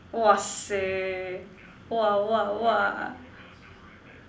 !wahseh! !wah! !wah! !wah!